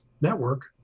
network